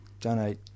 donate